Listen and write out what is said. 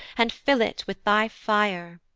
and fill it with thy fire.